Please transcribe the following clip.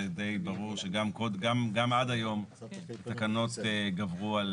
זה די ברור שגם עד היום תקנות גברו על